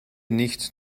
nicht